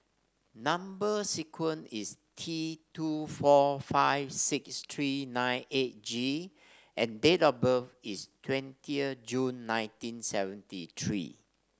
number sequence is T two four five six three nine eight G and date of birth is twenty June nineteen seventy three